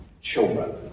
children